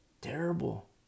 Terrible